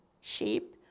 sheep